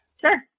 Sure